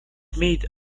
made